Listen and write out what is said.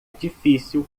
difícil